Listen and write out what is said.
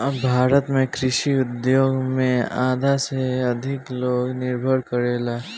भारत में कृषि उद्योग पे आधा से अधिक लोग निर्भर करेला